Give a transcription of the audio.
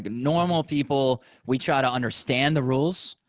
normal people, we try to understand the rules.